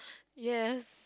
yes